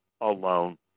alone